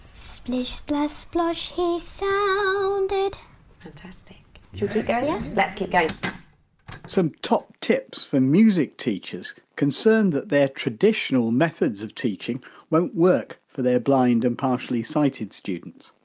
splish splash splosh he sounded inaud like ah yeah let's keep going! some top tips for music teachers concerned that they're traditional methods of teaching won't work for their blind and partially sighted students.